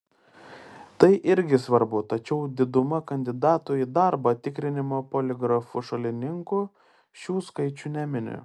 tai irgi svarbu tačiau diduma kandidatų į darbą tikrinimo poligrafu šalininkų šių skaičių nemini